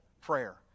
prayer